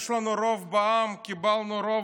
יש לנו רוב בעם, קיבלנו רוב,